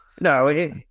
No